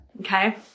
Okay